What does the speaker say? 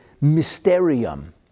mysterium